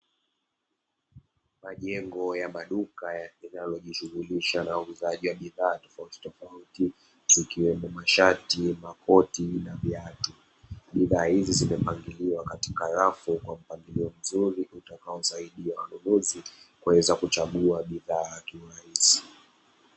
Majengo ya maduka yanayojishughulisha na uuzaji wa bidhaa tofauti tofauti zikiwemo mashati, makoti na viatu, bidhaa hizi zimepangiliwa katika rafu kwa mpangilio mzuri utakaosaidia wanunuzi kuweza kuchagua bidhaa hizi.